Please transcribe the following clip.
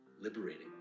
liberating